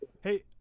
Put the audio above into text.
hey